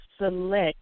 select